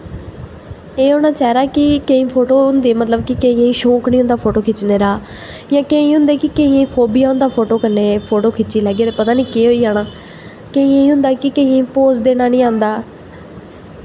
एह् होना चाहिदा कि केईं फोटो होंदे मतलब कि केईं केईं शौक निं होंदा फोटो खिच्चने दा कि केईं होंदे कि केइयें ई फोबिया होंदा फोटो कन्नै फोटो खिच्ची लैगे ते पता निं केह् होई जाना केइयें गी होंदा कि केइयें पोज़ देना निं आंदा